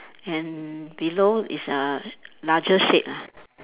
and below is uh larger shade ah